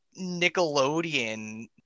Nickelodeon